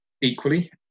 Equally